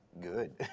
good